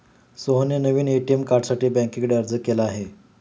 सोहनने नवीन ए.टी.एम कार्डसाठी बँकेकडे अर्ज केला आहे